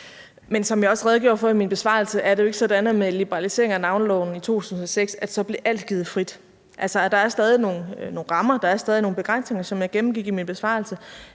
Som jeg også redegjorde for i min besvarelse, er det jo ikke sådan, at alt blev givet frit med liberaliseringen af navneloven i 2006. Der er stadig nogle rammer, og der er stadig nogle begrænsninger, som jeg gennemgik i min besvarelse.